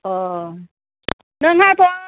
नोंहाथ'